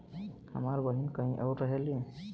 हमार बहिन कहीं और रहेली